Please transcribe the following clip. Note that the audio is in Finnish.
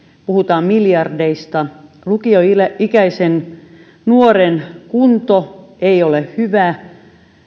puhutaan miljardeista lukioikäisen nuoren kunto ei ole hyvä